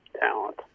talent